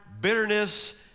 bitterness